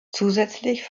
zusätzlich